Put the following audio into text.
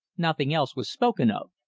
nothing else was spoken of.